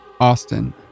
Austin